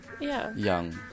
young